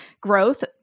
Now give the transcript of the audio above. growth